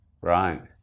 Right